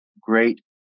great